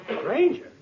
Stranger